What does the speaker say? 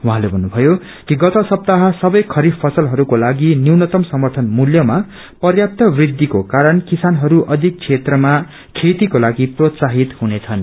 उझैँले भन्नुभयो कि गत सत्पाह सवै खरीफ फसलहरूको लागि न्यूनतम समर्थन मूल्यमा पर्याप्त वृंखिको कारण किसानहरू अधिक क्षेत्रमा खेतीको लागि प्रोत्साहित हुनेछन्